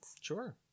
Sure